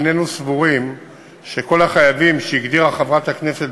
איננו סבורים שכל החייבים שהגדירה חברת הכנסת